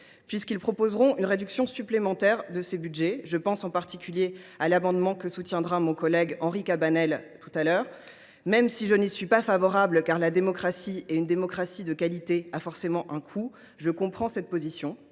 puisqu’ils proposeront une réduction supplémentaire de ces budgets. Je pense en particulier à l’amendement que défendra mon collègue Henri Cabanel tout à l’heure. Même si je n’y suis pas favorable, car la démocratie – en particulier une démocratie de qualité – a forcément un coût, je comprends cette position.